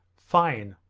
fine!